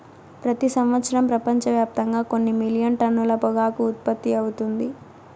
ప్రతి సంవత్సరం ప్రపంచవ్యాప్తంగా కొన్ని మిలియన్ టన్నుల పొగాకు ఉత్పత్తి అవుతుంది